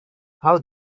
how